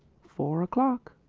four o'clock!